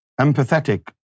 empathetic